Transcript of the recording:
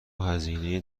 هزینه